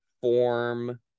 form